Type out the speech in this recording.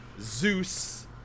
Zeus